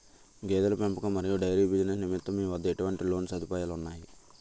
గేదెల పెంపకం మరియు డైరీ బిజినెస్ నిమిత్తం మీ వద్ద ఎటువంటి లోన్ సదుపాయాలు ఉన్నాయి?